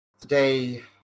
Today